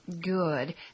Good